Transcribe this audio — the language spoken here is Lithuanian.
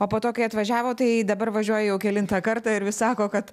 o po to kai atvažiavo tai dabar važiuoja jau kelintą kartą ir vis sako kad